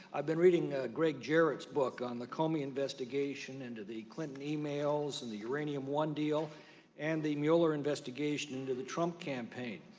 i have been reading greg jarrett book on the comey investigation into the clinton emails and the uranium one deal and the mueller investigation into the trump campaign.